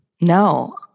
No